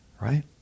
right